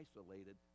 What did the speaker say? isolated